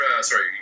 Sorry